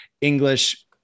english